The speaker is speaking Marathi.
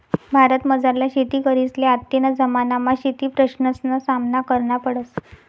भारतमझारला शेतकरीसले आत्तेना जमानामा शेतीप्रश्नसना सामना करना पडस